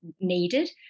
needed